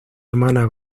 hermana